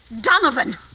Donovan